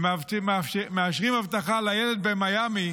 שמאשרים אבטחה לילד במיאמי